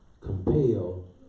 compelled